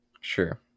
Sure